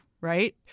right